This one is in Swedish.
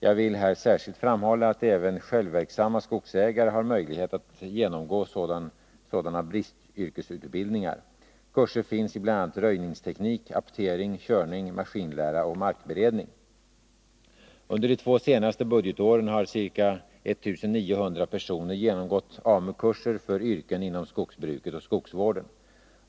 Jag vill här särskilt framhålla att även självverksamma skogsägare har möjlighet att genomgå sådana bristyrkesutbildningar. Kurser finns i bl.a. röjningsteknik, aptering, körning, maskinlära och markberedning. Under de två senaste budgetåren har ca 1900 personer genomgått AMU-kurser för yrken inom skogsbruket och skogsvården.